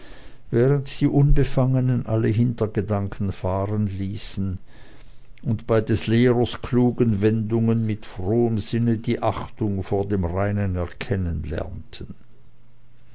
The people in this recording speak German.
während die unbefangenen alle hintergedanken fahrenließen und bei des lehrers klugen wendungen mit frohem sinne die achtung vor dem reinen erkennen lernten